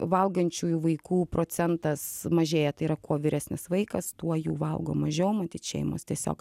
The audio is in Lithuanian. valgančiųjų vaikų procentas mažėja tai yra kuo vyresnis vaikas tuo jų valgo mažiau matyt šeimos tiesiog